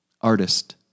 artist